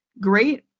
great